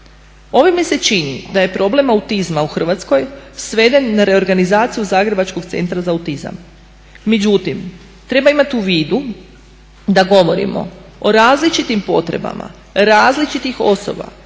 Ovime se čini da je problem autizma u Hrvatskoj sveden na reorganizaciju Zagrebačkog centra za autizam. Međutim, treba imati u vidu da govorimo o različitim potrebama različitih osoba,